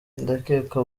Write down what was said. ndakeka